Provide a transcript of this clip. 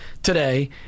today